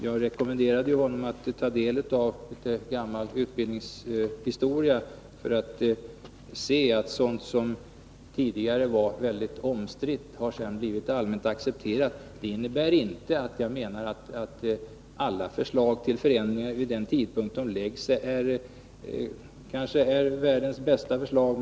Jagrekommenderade honom att ta del av litet gammal utbildningshistoria för att se att sådant som tidigare var mycket omstritt har sedan blivit allmänt accepterat. Det innebär inte att jag menar att alla förslag till förändringar vid den tidpunkt då de framläggs är världens bästa förslag.